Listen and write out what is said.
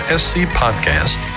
scpodcast